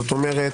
זאת אומרת,